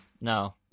No